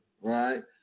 right